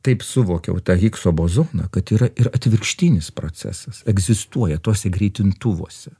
taip suvokiau tą higso bozonas kad yra ir atvirkštinis procesas egzistuoja tose greitintuvuose